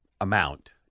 amount